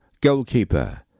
goalkeeper